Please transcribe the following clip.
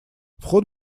вход